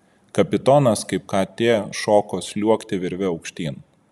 kapitonas kaip katė šoko sliuogti virve aukštyn